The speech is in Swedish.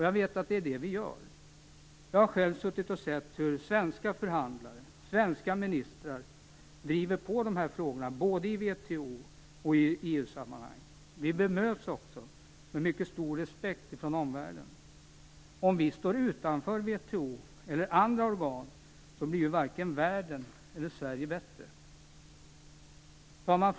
Jag vet att det är det vi gör. Jag har själv suttit och sett hur svenska förhandlare och svenska ministrar driver på dessa frågor både i WTO och i EU-sammanhang. Vi bemöts också med mycket stor respekt från omvärlden. Om vi står utanför WTO eller andra organ blir varken världen eller Sverige bättre. Herr talman!